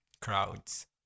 crowds